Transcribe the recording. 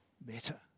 better